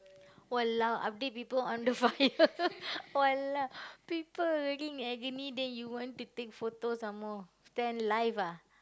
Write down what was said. !walao! update people on the fire !walao! people already in agony then you want to take photo some more stand live ah